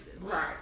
right